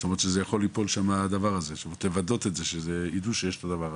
זאת אומרת לוודא שהם יודעים שיש את הדבר הזה.